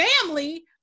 family